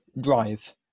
drive